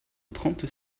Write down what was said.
trente